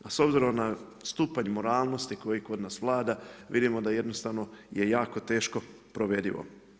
A s obzirom na stupanj moralnosti koji kod nas vlada, vidimo da jednostavno je jako teško provedivo.